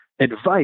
advice